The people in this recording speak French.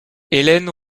hélène